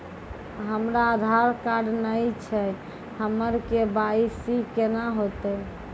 हमरा आधार कार्ड नई छै हमर के.वाई.सी कोना हैत?